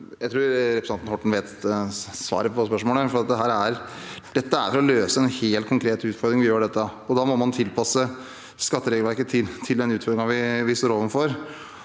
Jeg tror representanten Orten vet svaret på det spørsmålet. Det er for å løse en helt konkret utfordring vi gjør dette. Da må man tilpasse skatteregelverket til den utfordringen vi står overfor.